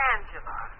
Angela